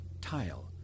tile